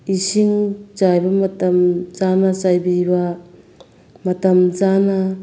ꯏꯁꯤꯡ ꯆꯥꯏꯕ ꯃꯇꯝ ꯆꯥꯅ ꯆꯥꯏꯕꯤꯕ ꯃꯇꯝ ꯆꯥꯅ